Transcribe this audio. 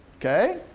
okay?